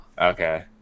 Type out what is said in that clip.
Okay